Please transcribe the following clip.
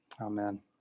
Amen